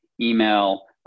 email